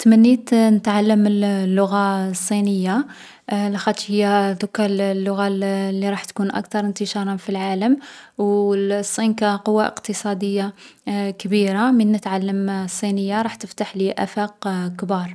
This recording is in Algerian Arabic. تمنيت نتعلّم اللغة الصينية لاخاطش هي ضركا اللغة لي راح تكون اكثر انتشارا في العالم، و الصين كقوة اقتصادية كبيرة، من نتعلم الصينية رح تفتحلي آفاق كبار.